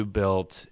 built